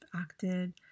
acted